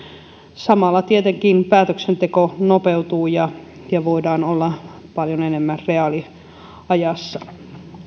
samalla tietenkin päätöksenteko nopeutuu ja ja voidaan olla paljon enemmän reaaliajassa